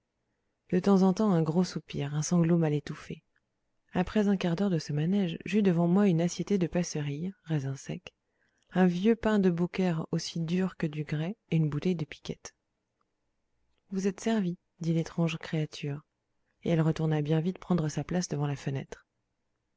de temps en temps un gros soupir un sanglot mal étouffé après un quart d'heure de ce manège j'eus devant moi une assiettée de passerilles raisins secs un vieux pain de beaucaire aussi dur que du grès et une bouteille de piquette vous êtes servi dit l'étrange créature et elle retourna bien vite prendre sa place devant la fenêtre